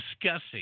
discussing